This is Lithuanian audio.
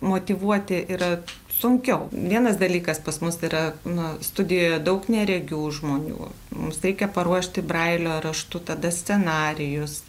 motyvuoti yra sunkiau vienas dalykas pas mus yra na studijoje daug neregių žmonių mums reikia paruošti brailio raštu tada scenarijus